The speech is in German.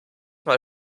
mal